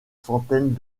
centaines